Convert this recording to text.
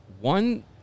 one